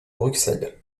bruxelles